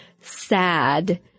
sad